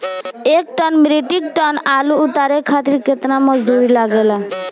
एक metric ton आलू उतारे खातिर केतना मजदूरी लागेला?